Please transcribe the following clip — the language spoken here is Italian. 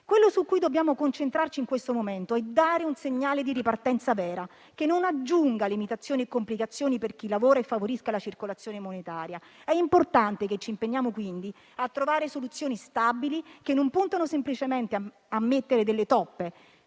Quello su cui dobbiamo concentrarci in questo momento è dare un segnale di ripartenza vera che non aggiunga limitazioni e complicazioni per chi lavora e favorisca la circolazione monetaria. È importante che ci impegniamo quindi a trovare soluzioni stabili che non puntano semplicemente a mettere delle toppe,